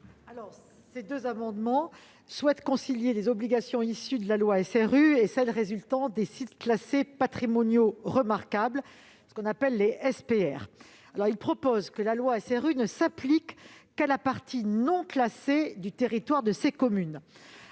Ces deux amendements visent à concilier les obligations issues de la loi SRU et celles qui résultent des sites classés patrimoine remarquable. Leurs auteurs proposent que la loi SRU ne s'applique qu'à la partie non classée du territoire de ces communes.